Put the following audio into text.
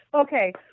Okay